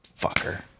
fucker